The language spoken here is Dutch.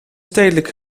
stedelijk